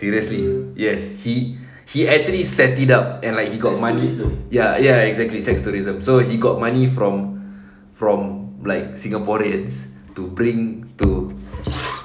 seriously yes he he actually set it up and like he got money ya ya exactly sex tourism so he got money from from like singaporeans to bring to